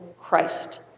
Christ